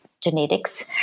genetics